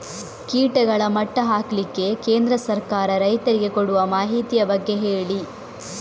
ಕೀಟಗಳ ಮಟ್ಟ ಹಾಕ್ಲಿಕ್ಕೆ ಕೇಂದ್ರ ಸರ್ಕಾರ ರೈತರಿಗೆ ಕೊಡುವ ಮಾಹಿತಿಯ ಬಗ್ಗೆ ಹೇಳಿ